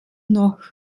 noch